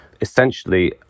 essentially